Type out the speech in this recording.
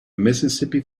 mississippi